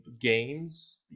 games